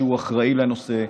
שאחראי לנושא.